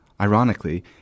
Ironically